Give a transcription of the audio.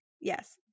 yes